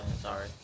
sorry